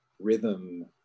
rhythm